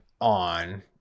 on